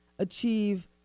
achieve